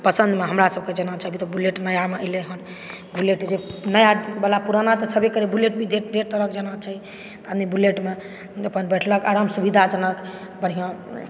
पसन्दमे हमरासभके जेना छै अभी तऽ बुलेट नयामे एलै हन बुलेट जे नयावला पुराना तऽ छेबे करै बुलेट भी ढेर तरहक जेना छै आदमी बुलेटमे अपन बैठलक आरामसँ सुविधाजनक बढ़िआँ